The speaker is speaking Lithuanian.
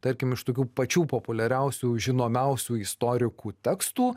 tarkim iš tokių pačių populiariausių žinomiausių istorikų tekstų